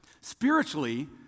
spiritually